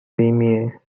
premiere